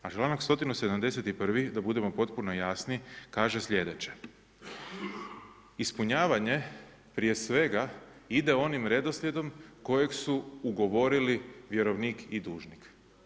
A članak 171. da budemo potpuno jasni, kaže slijedeće: ispunjavanje, prije svega, ide onim redoslijedom kojeg su ugovorili vjerovnik i dužnik.